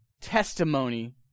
testimony